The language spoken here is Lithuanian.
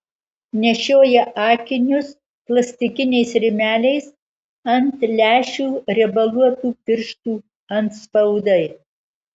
nešioja akinius plastikiniais rėmeliais ant lęšių riebaluotų pirštų atspaudai